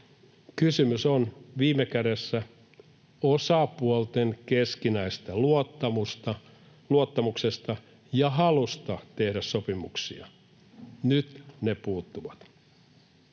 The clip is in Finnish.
Kysymys on viime kädessä osapuolten keskinäisestä luottamuksesta ja halusta tehdä sopimuksia. Nyt ne puuttuvat.